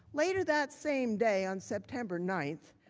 later that same day on september nine,